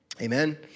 Amen